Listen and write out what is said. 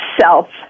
self